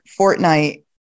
Fortnite